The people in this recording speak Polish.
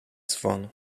dzwon